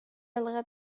الغد